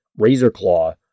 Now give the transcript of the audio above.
Razorclaw